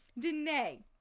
Danae